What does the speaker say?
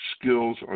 skills